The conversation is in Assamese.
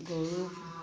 গৰু